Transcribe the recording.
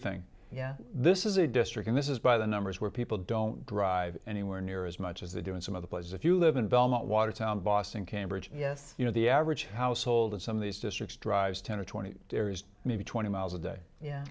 thing yeah this is a district in this is by the numbers where people don't drive anywhere near as much as they do in some other places if you live in belmont watertown boston cambridge yes you know the average household in some of these districts drives ten to twenty maybe twenty miles a day yeah